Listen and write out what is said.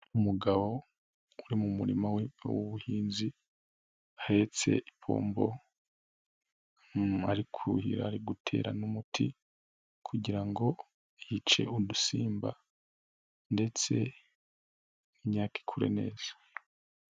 Umugabo uri mu murima we w'ubuhinzi ahetse ipombo, ari kuhira gutera n'umuti kugira ngo yice udusimba ndetse imyaka ikure neza.